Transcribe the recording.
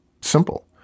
Simple